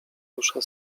rusza